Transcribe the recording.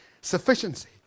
sufficiency